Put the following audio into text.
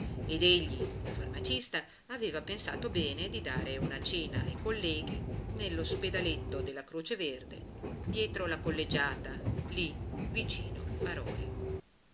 ed egli col farmacista aveva pensato bene di dare una cena ai colleghi nell'ospedaletto della croce verde dietro la collegiata lì vicino a rori